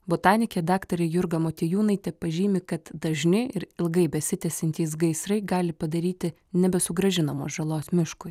botanikė daktarė jurga motiejūnaitė pažymi kad dažni ir ilgai besitęsiantys gaisrai gali padaryti nebesugrąžinamos žalos miškui